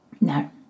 No